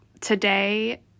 today